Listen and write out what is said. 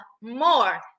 more